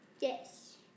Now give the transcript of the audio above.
Yes